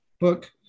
book